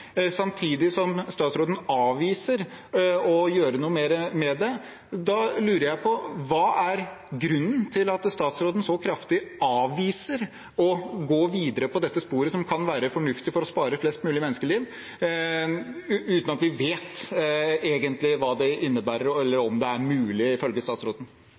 samtidig som statsråden avviser å gjøre noe mer med det. Da lurer jeg på: Hva er grunnen til at statsråden så kraftig avviser å gå videre på dette sporet som kan være fornuftig for å spare flest mulig menneskeliv, uten at vi egentlig vet hva det innebærer, eller om det er mulig, ifølge statsråden?